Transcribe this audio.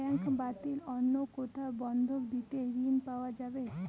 Bank ব্যাতীত অন্য কোথায় বন্ধক দিয়ে ঋন পাওয়া যাবে?